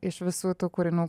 iš visų tų kūrinių